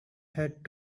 had